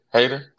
Hater